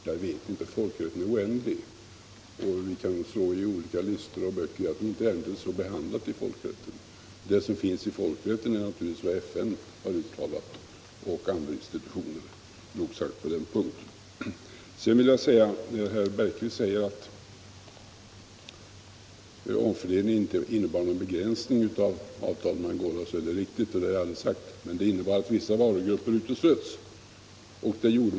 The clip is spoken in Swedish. Jag vet inte — folkrätten är oändlig och även om man kan slå i olika listor och böcker så tror jag inte att ärendet finns behandlat i folkrätten. Det som finns i folkrätten är naturligtvis vad FN och andra institutioner har uttalat på den punkten. Herr Bergqvist säger att omfördelningen inte innebar någon begränsning av avtalet — det har jag inte heller påstått — men det innebar att vissa varugrupper uteslöts.